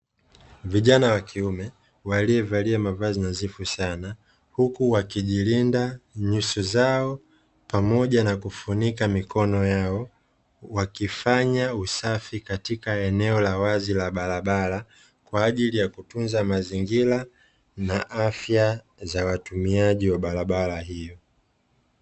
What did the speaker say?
Vijana wa kiume waliovalia mavazi nadhifu sana huku wakijilinda nyuso zao pamoja na kufunika mikono yao wakifanya usafi katika eneo la wazi la barabara kwa ajili ya kutunza mazingira na afya za watumiaji wa barabara hiyo.